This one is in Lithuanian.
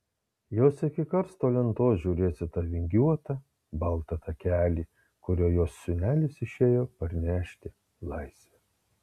jos iki karsto lentos žiūrės į tą vingiuotą baltą takelį kuriuo jos sūnelis išėjo parnešti laisvę